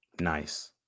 nice